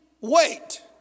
wait